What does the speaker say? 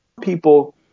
people